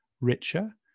richer